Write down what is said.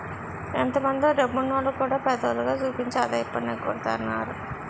ఎంతో మందో డబ్బున్నోల్లు కూడా పేదోల్లుగా సూపించి ఆదాయపు పన్ను ఎగ్గొడతన్నారు